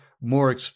more